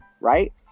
Right